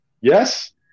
Yes